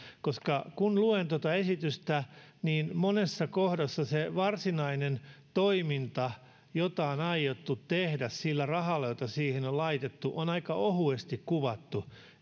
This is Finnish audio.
koska kun luen tuota esitystä niin monessa kohdassa se varsinainen toiminta jota on aiottu tehdä sillä rahalla jota siihen on laitettu on aika ohuesti kuvattu